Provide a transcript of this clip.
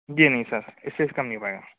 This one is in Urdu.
جی نہیں سر اس سے کم نہیں ہو پائے گا